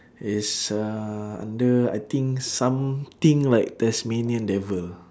is uh under I think something like tasmanian devil